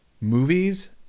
movies